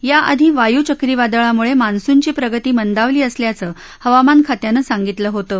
याआधी वायू चक्रीवादळामुळे मान्सूनची प्रगती मंदावली असल्याचं हवामान खात्यान सांगितलं होतं